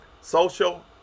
social